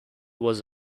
was